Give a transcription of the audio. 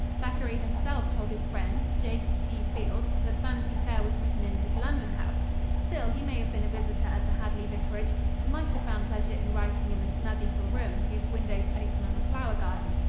thackeray himself told his friend, jas. t. fields, that vanity fair was written in his london house still, he may have been a visitor at the hadley vicarage and might have found pleasure in writing in the snug little room whose windows open on the flower garden,